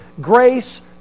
grace